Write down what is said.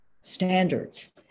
standards